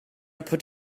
put